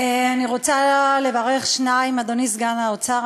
אני רוצה לברך שניים: אדוני סגן שר האוצר,